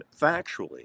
factually